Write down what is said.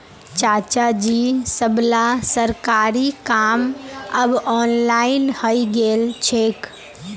चाचाजी सबला सरकारी काम अब ऑनलाइन हइ गेल छेक